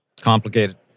complicated